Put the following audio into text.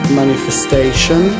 manifestation